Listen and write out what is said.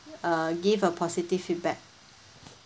uh give a positive feedback